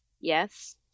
Yes